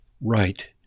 Right